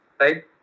Right